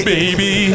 Baby